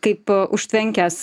kaip užtvenkęs